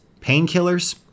painkillers